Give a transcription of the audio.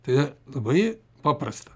tai yra labai paprasta